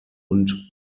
und